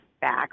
back